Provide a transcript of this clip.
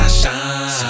shine